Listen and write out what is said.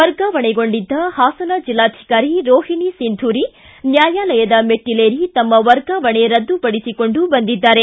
ವರ್ಗಾವಣೆಗೊಂಡಿದ್ದ ಹಾಸನ ಜಿಲ್ಲಾಧಿಕಾರಿ ರೋಹಿಣಿ ಸಿಂಧೂರಿ ನ್ಯಾಯಾಲಯದ ಮೆಟ್ಟಿಲೇರಿ ತಮ್ಮ ವರ್ಗಾವಣೆ ರದ್ದುಪಡಿಸಿಕೊಂಡು ಬಂದಿದ್ದಾರೆ